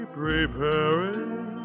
preparing